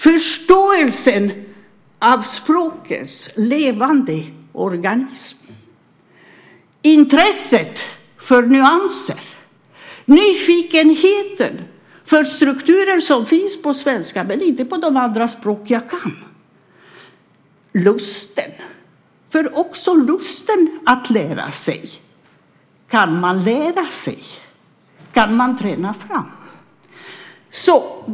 Förståelsen av språkets levande organism, intresset för nyanser, nyfikenheten på strukturer som finns på svenska men inte på de andra språk jag kan, lusten, för också lusten att lära sig kan man lära sig, kan man träna fram.